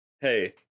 Hey